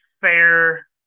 fair